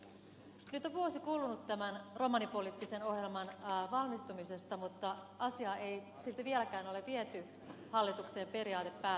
nyt on vuosi kulunut tämän romanipoliittisen ohjelman valmistumisesta mutta asiaa ei silti vieläkään ole viety hallituksen periaatepäätökseksi